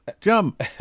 jump